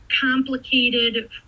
complicated